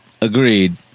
Agreed